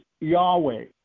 Yahweh